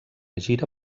gira